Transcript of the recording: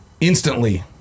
instantly